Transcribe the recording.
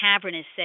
cavernous